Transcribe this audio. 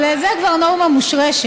אבל זו כבר נורמה מושרשת.